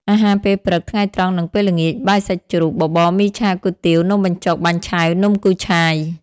អាហារពេលព្រឹក ថ្ងៃត្រង់នឹងពេលល្ងាច បាយសាច់ជ្រូក បបរ មីឆា គុយទាវ នំបញ្ចុក បាញ់ឆែវ នំគូឆាយ ។